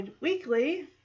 weekly